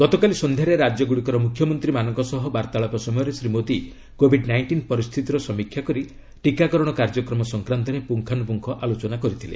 ଗତକାଲି ସନ୍ଧ୍ୟାରେ ରାଜ୍ୟଗୁଡ଼ିକର ମୁଖ୍ୟମନ୍ତ୍ରୀମାନଙ୍କ ସହ ବାର୍ତ୍ତାଳାପ ସମୟରେ ଶ୍ରୀ ମୋଦୀ କୋବିଡ୍ ନାଇଣ୍ଟିନ୍ ପରିସ୍ଥିତିର ସମୀକ୍ଷା କରି ଟିକାକରଣ କାର୍ଯ୍ୟକ୍ରମ ସଂକ୍ରାନ୍ତରେ ପୁଙ୍ଗାନୁପୁଙ୍ଗ ଆଲୋଚନା କରିଥିଲେ